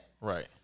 right